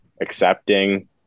accepting